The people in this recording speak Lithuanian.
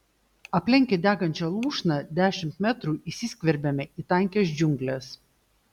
aplenkę degančią lūšną dešimt metrų įsiskverbėme į tankias džiungles